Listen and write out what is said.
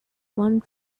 one